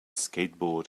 skateboard